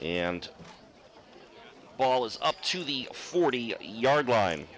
the ball is up to the forty yard line